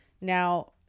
Now